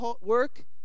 Work